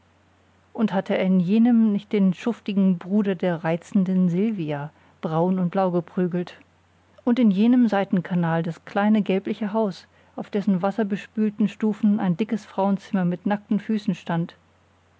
und hatte er in jenem nicht den schuftigen bruder der reizenden silvia braun und blau geprügelt und in jenem seitenkanal das kleine gelbliche haus auf dessen wasserbespülten stufen ein dickes frauenzimmer mit nackten füßen stand